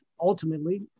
ultimately